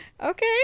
okay